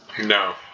No